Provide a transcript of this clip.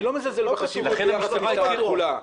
אני לא מזלזל בחשיבות ביחס למשטרה הכחולה,